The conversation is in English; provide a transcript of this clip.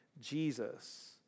Jesus